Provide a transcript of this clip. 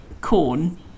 corn